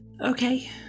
okay